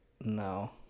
No